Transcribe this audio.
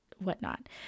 whatnot